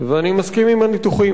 אני מסכים עם הניתוחים,